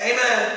Amen